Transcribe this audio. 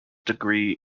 degree